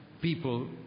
people